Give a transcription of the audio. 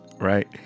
Right